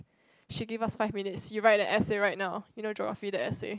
she give us five minutes you write a essay write now you know geography the essay